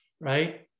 right